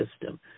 system